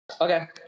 Okay